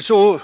Så,